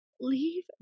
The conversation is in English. Leave